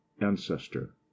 ancestor